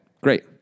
great